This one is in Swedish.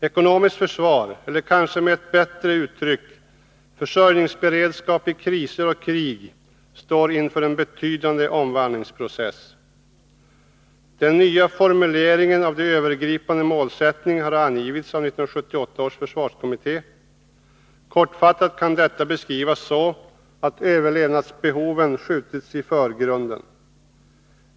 Ekonomiskt försvar eller kanske med ett bättre uttryck försörjningsberedskap i kriser och krig står inför en betydande omvandlingsprocess. Den nya formuleringen av den övergripande målsättningen har angivits av 1978 års försvarskommitté. Kortfattat kan detta beskrivas så att överlevnadsbehoven skjutits i förgrunden.